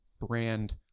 brand